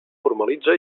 formalitza